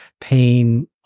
pain